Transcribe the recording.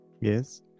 yes